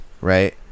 right